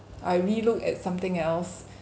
I really look at something else